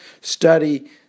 Study